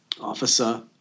Officer